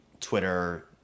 Twitter